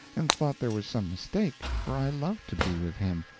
and thought there was some mistake, for i loved to be with him,